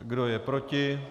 Kdo je proti?